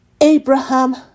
Abraham